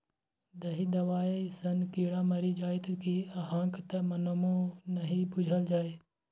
एहि दबाई सँ कीड़ा मरि जाइत कि अहाँक त नामो नहि बुझल छै